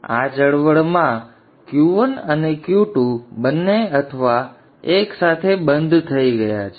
હવે આ ચળવળમાં Q1 અને Q2 બંને અથવા એક સાથે બંધ થઈ ગયા છે